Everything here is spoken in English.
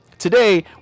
Today